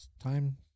time